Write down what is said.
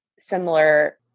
similar